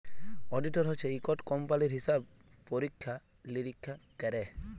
auditor হছে ইকট কম্পালির হিসাব পরিখ্খা লিরিখ্খা ক্যরে